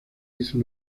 hizo